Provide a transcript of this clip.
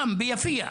שם, ביפיע.